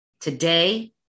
today